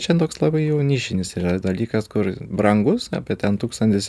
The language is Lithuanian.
čia toks labai jau nišinis dalykas kur brangus apie ten tūkstantis